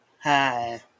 Hi